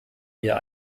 wir